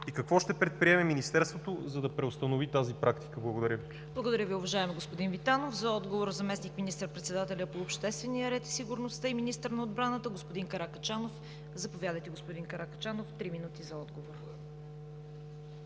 Какво ще предприеме Министерството, за да преустанови тази практика? Благодаря Ви. ПРЕДСЕДАТЕЛ ЦВЕТА КАРАЯНЧЕВА: Благодаря Ви, уважаеми господин Витанов. За отговор – заместник министър-председателят по обществения ред и сигурността и министър на отбраната господин Каракачанов. Заповядайте, господин Каракачанов – три минути за отговор.